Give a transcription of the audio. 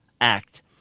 act